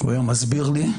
הוא היה מסביר לי.